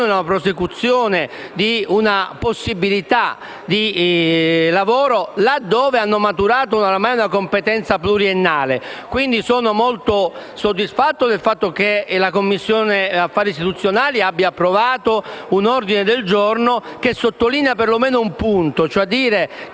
la prosecuzione di una possibilità di lavoro, laddove hanno maturato oramai una competenza pluriennale. E, quindi, sono molto soddisfatto che la Commissione affari costituzionali abbia approvato un ordine del giorno che sottolinea per lo meno un punto: i titoli